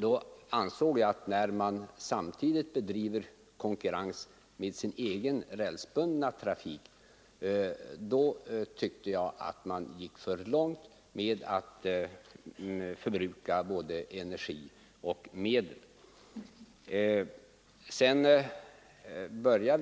Men när man samtidigt bedriver konkurrens med sin egen rälsbundna trafik anser jag att det går för långt; det är slöseri med både energi och medel. Våra